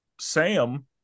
Sam